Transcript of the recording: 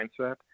mindset